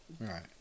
right